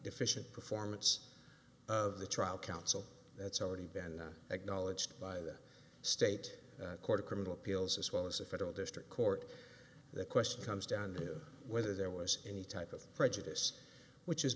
efficient performance of the trial counsel that's already been acknowledged by the state court of criminal appeals as well as a federal district court the question comes down to whether there was any type of prejudice which is